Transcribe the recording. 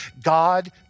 God